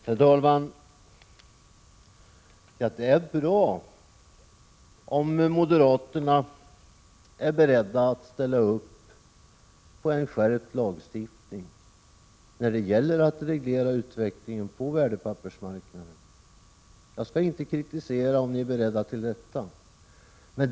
Herr talman! Det är bra om moderaterna är beredda att ställa upp på en skärpt lagstiftning när det gäller att reglera utvecklingen på värdepappersmarknaden. Jag skall inte kritisera er om ni är beredda till detta.